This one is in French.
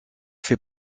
fait